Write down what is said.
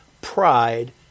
pride